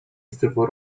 zdrowo